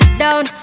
down